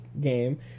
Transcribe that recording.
game